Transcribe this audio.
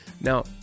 Now